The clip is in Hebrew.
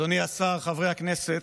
אדוני השר, חברי הכנסת,